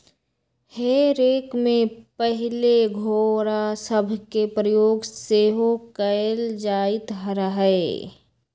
हे रेक में पहिले घोरा सभके प्रयोग सेहो कएल जाइत रहै